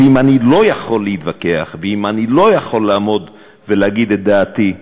שאם אני לא יכול להתווכח ואם אני לא יכול לעמוד ולהגיד את דעתי,